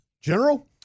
General